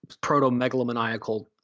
proto-megalomaniacal